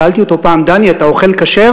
שאלתי אותו פעם, דני, אתה אוכל כשר?